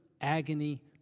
agony